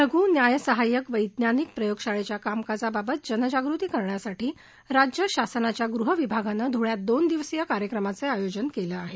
लघू न्यायसहाय्यक वैज्ञानिक प्रयोगशाळेच्या कामकाजाबाबत जनजागृती करण्यासाठी राज्य शासनाच्या गृह विभागानं धुळ्यात दोन दिवसीय कार्यक्रमाचं आयोजन केलं आहे